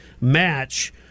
match